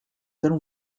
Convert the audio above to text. allons